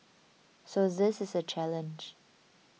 so this is a challenge